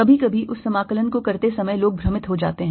कभी कभी उस समाकलन को करते समय लोग भ्रमित हो जाते हैं